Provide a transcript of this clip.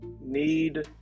need